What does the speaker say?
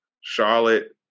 Charlotte